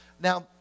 Now